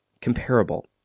comparable